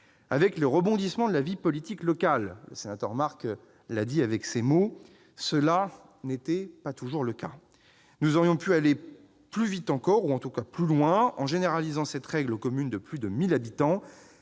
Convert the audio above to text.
fait des rebondissements de la vie politique locale- M. Marc l'a dit avec ses mots -, cela n'était pas toujours le cas. Nous aurions pu aller plus vite encore, ou en tout cas plus loin, en généralisant cette règle aux communes de plus de 1 000 habitants,